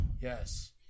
Yes